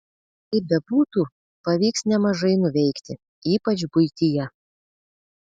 kaip bebūtų pavyks nemažai nuveikti ypač buityje